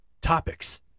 topics